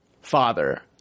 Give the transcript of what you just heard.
father